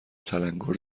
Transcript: تلنگور